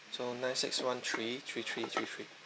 so nine six one three three three three three